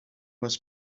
was